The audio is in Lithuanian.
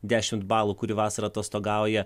dešimt balų kuri vasarą atostogauja